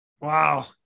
Wow